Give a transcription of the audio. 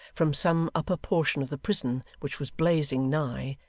from some upper portion of the prison which was blazing nigh,